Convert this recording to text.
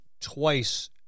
twice